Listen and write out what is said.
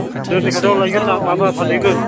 रुनिखाथायाव लायगोन ना माबा फानहैगोन